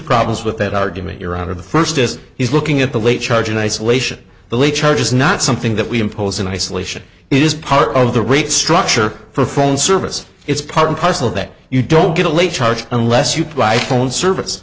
problems with that argument your honor the first is he's looking at the late charge in isolation the late charge is not something that we impose in isolation it is part of the rate structure for phone service it's part and parcel that you don't get a late charge unless you provide phone service